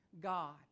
God